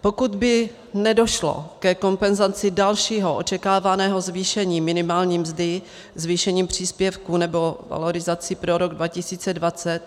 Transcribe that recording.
Pokud by nedošlo ke kompenzaci dalšího očekávaného zvýšení minimální mzdy zvýšením příspěvku nebo valorizací pro rok 2020,